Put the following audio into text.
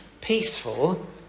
peaceful